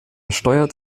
steuert